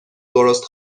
درست